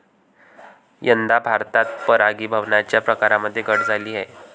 यंदा भारतात परागीभवनाच्या प्रकारांमध्ये घट झाली आहे